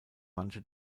manche